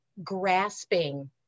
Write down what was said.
Grasping